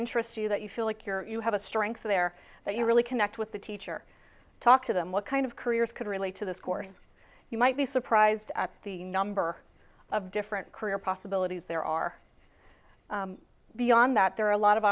interests you that you feel like you're you have a strength there that you really connect with the teacher talk to them what kind of careers could relate to this course you might be surprised at the number of different career possibilities there are beyond that there are a lot of